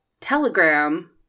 telegram